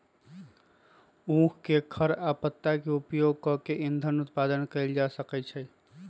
उख के खर आ पत्ता के उपयोग कऽ के इन्धन उत्पादन कएल जाइ छै